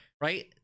right